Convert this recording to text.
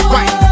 right